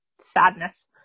sadness